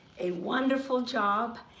a wonderful job,